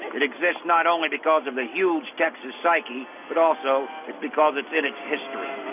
it exists not only because of the huge texas psyche but also it's because it's in its history.